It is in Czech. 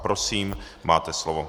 Prosím, máte slovo.